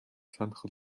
санах